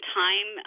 time